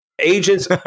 Agents